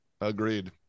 Agreed